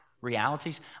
realities